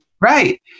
right